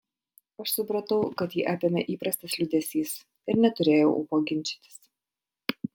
aš supratau kad jį apėmė įprastas liūdesys ir neturėjau ūpo ginčytis